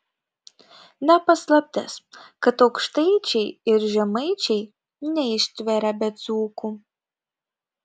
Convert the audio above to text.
ne paslaptis kad aukštaičiai ir žemaičiai neištveria be dzūkų